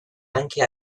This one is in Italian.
anche